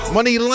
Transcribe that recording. Money